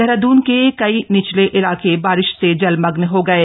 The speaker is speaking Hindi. देहरादन के कई निचले इलाके बारिश से जलमग्न हो गए